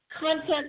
content